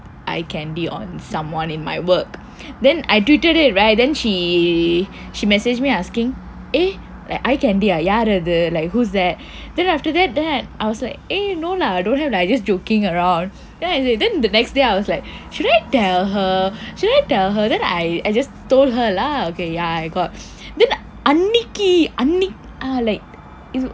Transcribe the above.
eye candy on someone in my work then I tweeted it right then she she message me asking like eye candy ah who's that then after that then I was like eh no lah don't have lah I just joking around then I say then the next day I was like should I tell her should I tell her then I just told her lah ok ya I got then அன்றைக்கு அன்றைக்கு:anraikku anrikku ah like